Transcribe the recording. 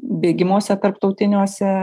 bėgimuose tarptautiniuose